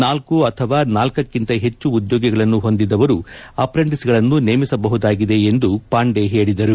ನಾಲ್ಕು ಅಥವಾ ನಾಲ್ಕಕ್ಕಿಂತ ಹೆಚ್ಚು ಉದ್ಯೋಗಿಗಳನ್ನು ಹೊಂದಿದವರು ಅಪ್ರೆಂಟಿಸ್ಗಳನ್ನು ನೇಮಿಸಬಹುದಾಗಿದೆ ಎಂದು ಪಾಂಡೆ ಹೇಳಿದರು